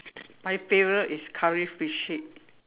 my favorite is curry fish head